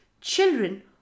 Children